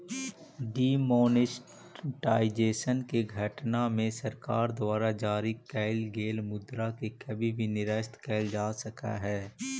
demonetisation के घटना में सरकार द्वारा जारी कैल गेल मुद्रा के कभी भी निरस्त कैल जा सकऽ हई